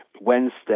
Wednesday